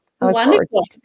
Wonderful